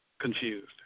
confused